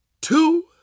two